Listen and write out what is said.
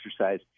exercise